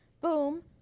Boom